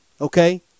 okay